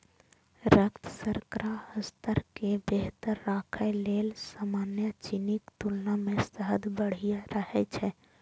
रक्त शर्करा स्तर कें बेहतर राखै लेल सामान्य चीनीक तुलना मे शहद बढ़िया रहै छै